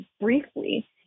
briefly